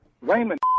Raymond